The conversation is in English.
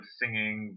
singing